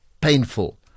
Painful